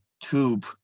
tube